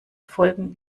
folgen